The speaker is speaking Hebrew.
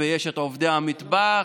יש את עובדי המטבח,